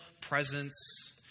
presence